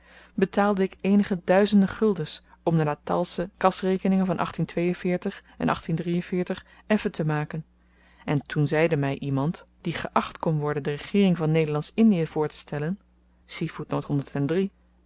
betaalde ik eenige duizenden guldens om de natalsche kasrekeningen van en effen te maken en toen zeide my iemand die geacht kon worden de regeering van nederlandsch indie voortestellen